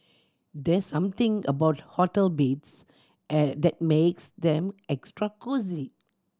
there's something about hotel beds and that makes them extra cosy